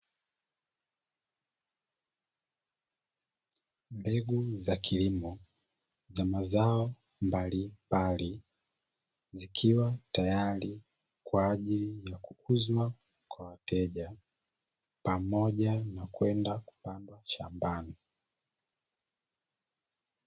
Mbegu za kilimo za mazao mbalimbali zikiwa tayari kwa ajili ya kuuzwa kwa wateja, pamoja na kwenda kupandwa shambani.